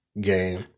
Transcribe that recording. game